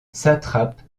satrape